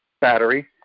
battery